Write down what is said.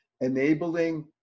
enabling